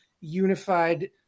unified